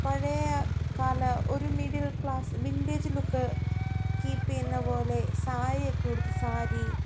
പഴയകാല ഒരു middle class vintage look കീപ്പിയ്യുന്ന പോലെ സാരിയൊക്കെയുടുത്ത് സാരി